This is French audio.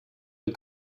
des